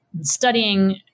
studying